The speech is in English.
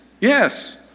yes